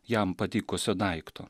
jam patikusio daikto